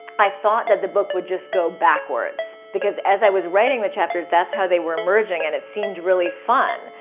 i thought that the book would just go backwards. because as i was writing the chapters, that's how they were emerging and it seemed really fun.